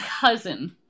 cousin